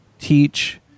teach